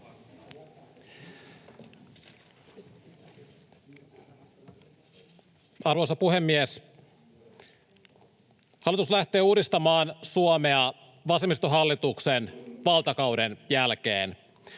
Arvoisa puhemies! Hallitus lähtee uudistamaan Suomea vasemmistohallituksen valtakauden jälkeen.